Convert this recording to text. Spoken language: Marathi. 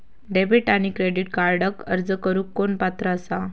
डेबिट आणि क्रेडिट कार्डक अर्ज करुक कोण पात्र आसा?